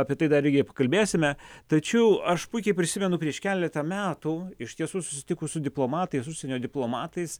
apie tai dar pakalbėsime tačiau aš puikiai prisimenu prieš keletą metų iš tiesų susitikus su diplomatais užsienio diplomatais